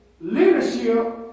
leadership